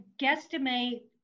guesstimate